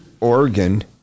Oregon